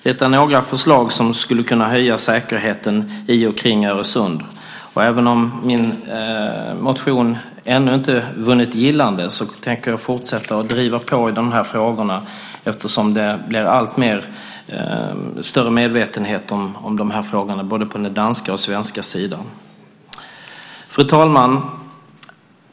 Detta är några förslag som skulle kunna höja säkerheten i och kring Öresund. Även om min motion ännu inte vunnit gillande tänker jag fortsätta att driva på de här frågorna, eftersom det blir allt större medvetenhet om de här frågorna både på den danska och på den svenska sidan. Fru talman!